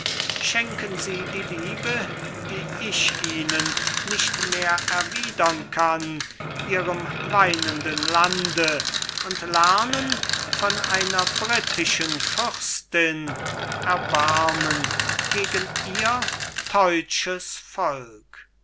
schenken sie die liebe die ich ihnen nicht mehr erwiedern kann ihrem weinenden lande und lernen von einer brittischen fürstin erbarmen gegen ihr deutsches volk